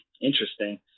interesting